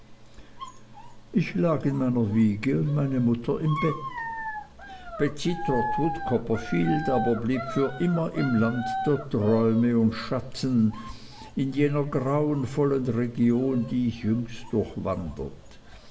ich lag in meiner wiege und meine mutter im bett betsey trotwood copperfield aber blieb für immer im lande der träume und schatten in jener grauenvollen region die ich